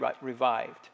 revived